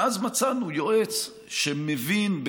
ואז מצאנו יועץ שמבין,